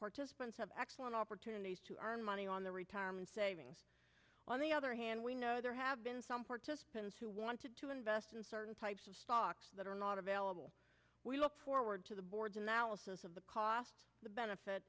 funds have excellent opportunities to earn money on the retirement savings on the other hand we know there have been some participants who wanted to invest in certain types of stocks that are not available we look forward to the board's analysis of the cost benefit